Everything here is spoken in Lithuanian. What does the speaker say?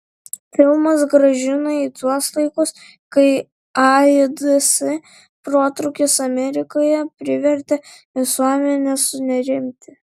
filmas grąžina į tuos laikus kai aids protrūkis amerikoje privertė visuomenę sunerimti